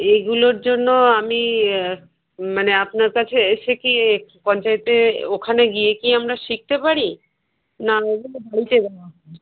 এইগুলোর জন্য আমি মানে আপনার কাছে এসে কি পঞ্চায়েতে ওখানে গিয়ে কি আমরা শিখতে পারি না এগুলো বাড়িতে দেওয়া হয়